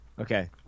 okay